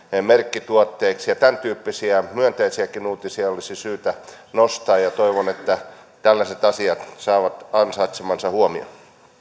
merkkituotteiksi tämäntyyppisiä myönteisiäkin uutisia olisi syytä nostaa ja toivon että tällaiset asiat saavat ansaitsemansa huomion